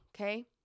okay